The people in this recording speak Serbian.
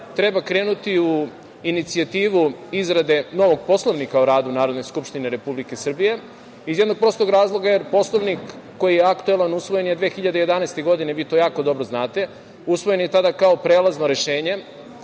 treba krenuti u inicijativu izrade novog Poslovnika o radu Narodne skupštine Republike Srbije, jer Poslovnik koji je aktuelan je usvojen 2011. godine i vi to jako dobro znate? Usvojen je tada kao prelazno rešenje.